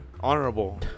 honorable